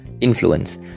influence